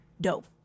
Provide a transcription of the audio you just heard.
dope